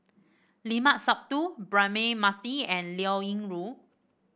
Limat Sabtu Braema Mathi and Liao Yingru